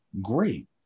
Great